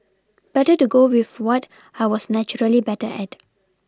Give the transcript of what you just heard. better to go with what I was naturally better at